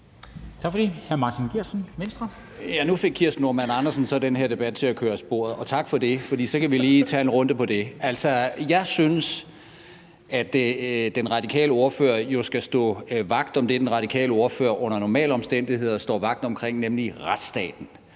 Nu fik Kirsten Normann Andersen så den her debat til at køre af sporet, og tak for det, for så kan vi lige tage en runde om det. Altså, jeg synes, at den radikale ordfører skal stå vagt om det, den radikale ordfører under normale omstændigheder står vagt om, nemlig retsstaten.